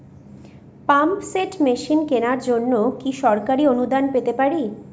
Pump set machine কেনার জন্য কি সরকারি অনুদান পেতে পারি?